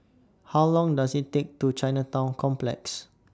How Long Does IT Take to Chinatown Complex